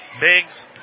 Biggs